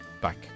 back